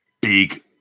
big